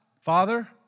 Father